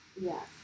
yes